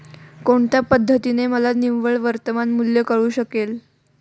कोणत्या पद्धतीने मला निव्वळ वर्तमान मूल्य कळू शकेल?